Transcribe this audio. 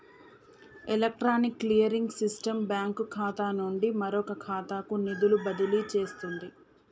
electronic clearing system bank ఖాతా నుండి మరొక ఖాతాకు నిధులు బదిలీ చేస్తుంది